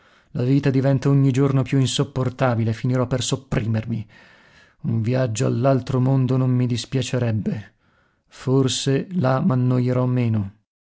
la vita diventa ogni giorno più insopportabile e finirò per sopprimermi un viaggio all'altro mondo non mi dispiacerebbe forse là m'annoierò meno